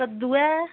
कद्दू है